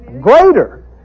greater